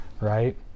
Right